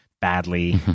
badly